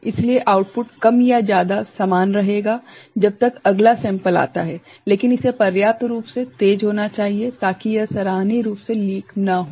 इसलिए आउटपुट कम या ज्यादा समान रहेगा जब तक अगला सेंपल आता हैं लेकिन इसे पर्याप्त रूप से तेज़ होना चाहिए ताकि यह सराहनीय रूप से लीक न हो